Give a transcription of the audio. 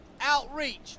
outreach